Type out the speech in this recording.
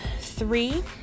three